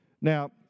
Now